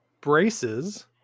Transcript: braces